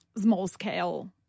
small-scale